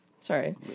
Sorry